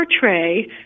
portray